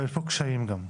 אבל יש בו קשיים גם.